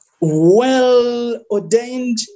well-ordained